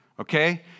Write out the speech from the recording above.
okay